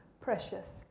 precious